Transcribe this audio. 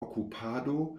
okupado